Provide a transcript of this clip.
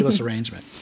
arrangement